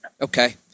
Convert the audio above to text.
Okay